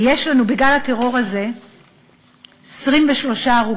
ויש לנו בגל הטרור הזה 23 הרוגים,